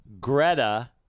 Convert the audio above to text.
Greta